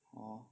orh